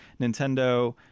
Nintendo